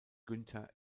günter